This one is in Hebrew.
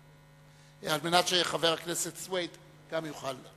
כדי שגם חבר הכנסת סוייד יוכל.